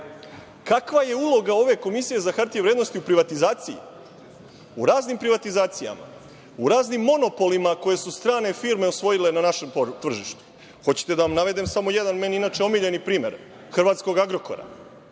je uloga ove Komisije za hartije od vrednosti u privatizaciji? U raznim privatizacijama, u raznim monopolima koje su strane firme osvojile na našem tržištu. Hoćete da vam navedem samo jedan meni inače omiljeni primer, hrvatskog „Agrokora“?Šta